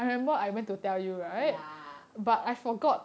ya